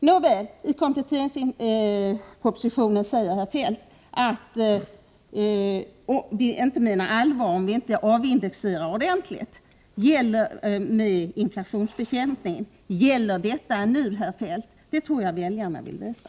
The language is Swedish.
Nåväl — i kompletteringspropositionen säger herr Feldt att vi inte menar allvar med inflationsbekämpningen, om vi inte avindexerar ordentligt. Gäller detta nu herr Feldt? Det tror jag väljarna vill veta.